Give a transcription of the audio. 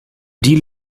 deal